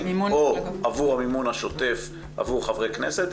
או עבור המימון השוטף עבור חברי כנסת,